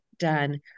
done